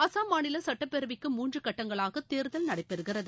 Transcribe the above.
அஸ்ஸாம் மாநில சட்டப்பேரவைக்கு மூன்று கட்டங்களாக தேர்தல் நடைபெறுகிறது